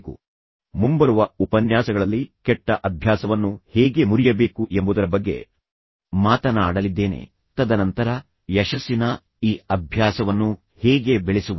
ತದನಂತರ ಮುಂಬರುವ ಉಪನ್ಯಾಸಗಳಲ್ಲಿ ನಾನು ಕೆಟ್ಟ ಅಭ್ಯಾಸವನ್ನು ಹೇಗೆ ಮುರಿಯಬೇಕು ಎಂಬುದರ ಬಗ್ಗೆ ಮಾತನಾಡಲಿದ್ದೇನೆ ತದನಂತರ ಯಶಸ್ಸಿನ ಈ ಅಭ್ಯಾಸವನ್ನು ಹೇಗೆ ಬೆಳೆಸುವುದು